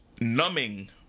numbing